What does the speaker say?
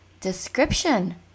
description